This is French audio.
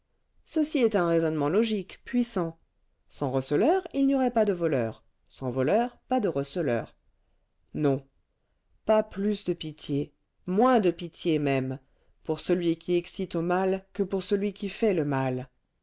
ceci est un raisonnement logique puissant sans receleurs il n'y aurait pas de voleurs sans voleurs pas de receleurs non pas plus de pitié moins de pitié même pour celui qui excite au mal que pour celui qui fait le mal